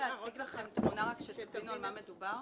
אני רוצה להציג לכם תמונות כדי שתבינו על מה מדובר.